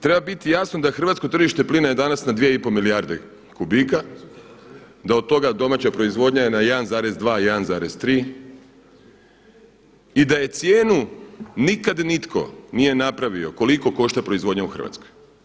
Treba biti jasno da hrvatsko tržište plina je danas na dvije i pol milijarde kubika, da od toga domaća proizvodnja je na 1,2, 1,3 i da cijenu nikad nitko nije napravio koliko košta proizvodnja u Hrvatskoj.